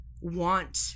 want